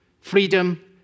freedom